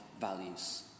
values